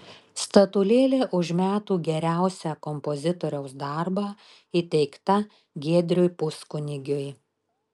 statulėlė už metų geriausią kompozitoriaus darbą įteikta giedriui puskunigiui